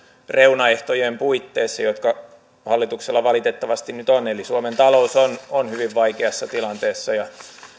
reunaehtojen puitteissa jotka hallituksella valitettavasti nyt on suomen talous on on hyvin vaikeassa tilanteessa ja